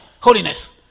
holiness